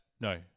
No